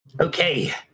Okay